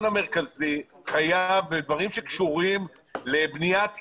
המרכזי חייב בדברים שקשורים לבניית עיר,